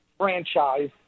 franchise